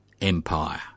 empire